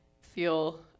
Feel